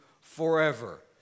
forever